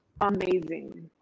amazing